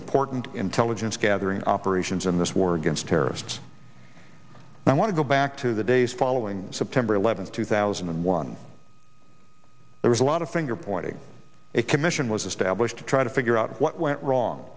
important intelligence gathering operations in this war against terrorists i want to go back to the days following september eleventh two thousand and one there was a lot of finger pointing a commission was established to try to figure out what went wrong